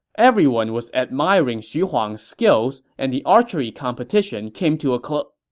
everyone was admiring xu huang's skills, and the archery competition came to a cl, ah